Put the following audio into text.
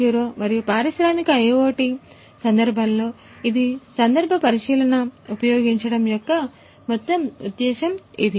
0 మరియు పారిశ్రామిక IIoT సందర్భంలో ఇది సందర్భ పరిశీలన ఉపయోగించడం యొక్క మొత్తం ఉద్దేశ్యం ఇది